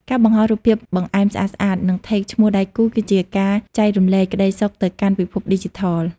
ការបង្ហោះរូបភាពបង្អែមស្អាតៗ និង Tag ឈ្មោះដៃគូ គឺជាការចែករំលែកក្តីសុខទៅកាន់ពិភពឌីជីថល។